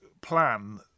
plan